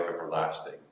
everlasting